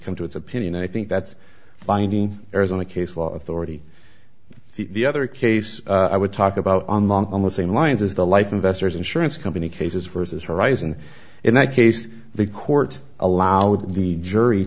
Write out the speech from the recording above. come to its opinion and i think that's binding arizona case law authority the other case i would talk about on the same lines as the life investors insurance company cases versus horizon in that case the court allowed the jury